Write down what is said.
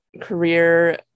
career